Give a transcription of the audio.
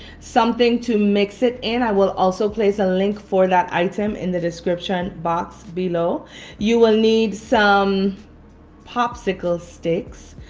something to mix it in i will also place a link for that item in the description box below you will need some popsicle sticks.